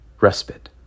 respite